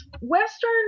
Western